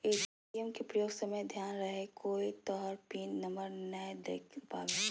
ATM के प्रयोग समय ध्यान रहे कोय तोहर पिन नंबर नै देख पावे